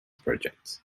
projects